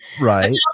Right